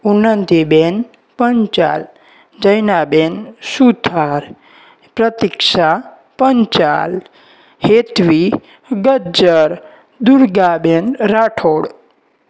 Unnati ben Panchal Jaina ben Suthar Pratiksha Panchal Hetvi Gajjar Durga ben Rathod